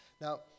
Now